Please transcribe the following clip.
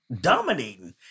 dominating